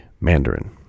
Mandarin